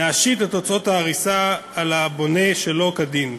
להשית את הוצאות ההריסה על הבונה שלא כדין,